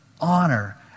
honor